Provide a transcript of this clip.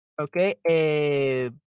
Okay